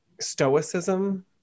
stoicism